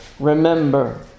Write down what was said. remember